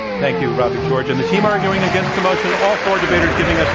thank you, robby george. and the team arguing against the motion. all four debaters giving